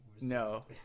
No